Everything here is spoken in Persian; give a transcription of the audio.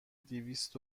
دویست